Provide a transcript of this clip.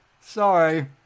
Sorry